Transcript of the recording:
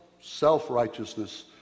self-righteousness